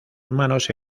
humanos